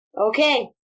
okay